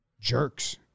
jerks